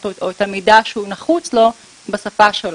או את המידע שהוא נחוץ לו בשפה שלו.